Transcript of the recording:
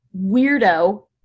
weirdo